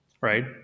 right